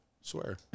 swear